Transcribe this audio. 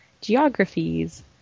geographies